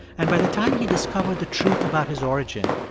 and by the time he discovered the truth about his origin,